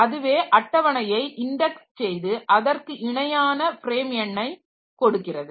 அதுவே அட்டவணையை இன்டெக்ஸ் செய்து அதற்கு இணையான ஃப்ரேம் எண்ணை கொடுக்கிறது